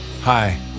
Hi